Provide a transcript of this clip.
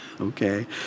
Okay